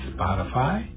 Spotify